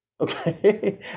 Okay